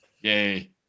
Yay